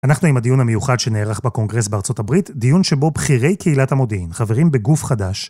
אנחנו עם הדיון המיוחד שנערך בקונגרס בארצות הברית, דיון שבו בחירי קהילת המודיעין, חברים בגוף חדש,